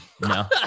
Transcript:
No